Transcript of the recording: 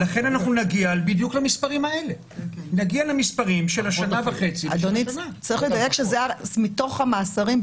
אני מצטרפת לדעת של חברת הכנסת